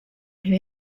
who